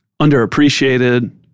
underappreciated